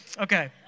Okay